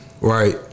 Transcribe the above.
Right